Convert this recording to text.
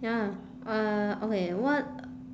ya uh okay what